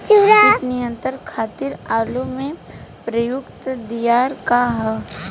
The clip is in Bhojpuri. कीट नियंत्रण खातिर आलू में प्रयुक्त दियार का ह?